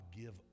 give